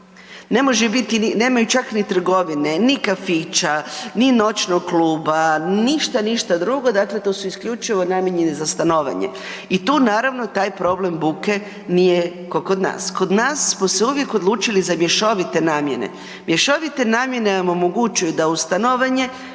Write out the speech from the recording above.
Ne možete biti, nemaju čak ni trgovine ni kafića ni noćnog kluba, ništa, ništa drugo, dakle, to su isključivo namijenjeni za stanovanje i tu naravno, taj problem buke nije kao kod nas. Kod nas smo se uvijek odlučili za mješovite namjene. Mješovite namjene vam omogućuje da uz stanovanje